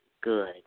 good